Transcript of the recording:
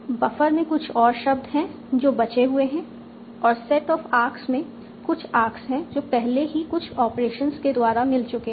buffer में कुछ और शब्द हैं जो बचे हुए हैं और सेट ऑफ आर्क्स में कुछ आर्क्स हैं जो पहले ही कुछ ऑपरेशंस के द्वारा मिल चुके हैं